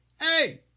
hey